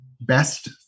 best